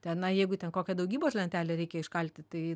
tenai jeigu ten kokią daugybos lentelę reikia iškalti tai